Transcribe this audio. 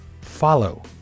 follow